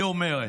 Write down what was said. היא אומרת.